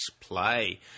play